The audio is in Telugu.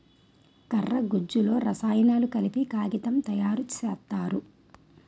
కర్ర గుజ్జులో రసాయనాలు కలిపి కాగితం తయారు సేత్తారు